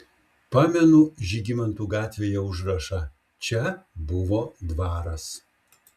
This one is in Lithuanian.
pamenu žygimantų gatvėje užrašą čia buvo dvaras